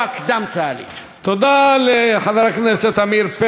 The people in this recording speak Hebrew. אתה כבר 13 דקות.